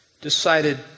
decided